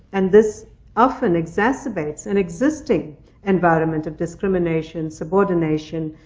and this often exacerbates an existing environment of discrimination, subordination,